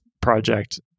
project